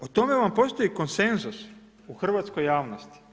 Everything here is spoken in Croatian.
O tome vam postoji konsenzus u hrvatskoj javnosti.